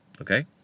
Okay